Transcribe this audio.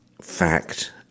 Fact